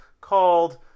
called